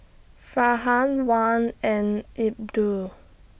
Farhan Wan and Abdul